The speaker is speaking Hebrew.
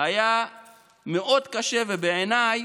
היה מאוד קשה, ובעיניי,